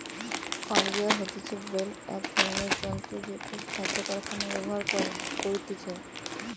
conveyor হতিছে belt এক ধরণের যন্ত্র জেটো খাদ্য কারখানায় ব্যবহার করতিছে